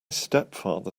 stepfather